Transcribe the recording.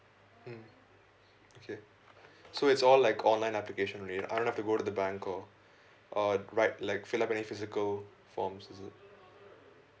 mm okay so it's all like online application already I don't have to go to the bank or uh right like fill up any physical forms is it